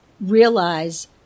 realize